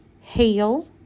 hail